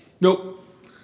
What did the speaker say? nope